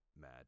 mad